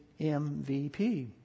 MVP